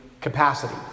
capacity